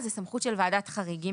זה סמכות של ועדת חריגים.